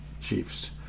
Chiefs